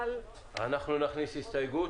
אבל --- נכניס הסתייגות